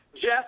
Jeff